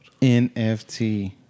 NFT